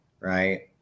Right